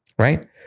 right